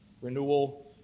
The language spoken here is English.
Renewal